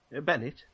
Bennett